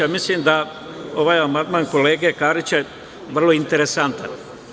Mislim da ovaj amandman kolege Karića je vrlo interesantan.